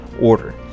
order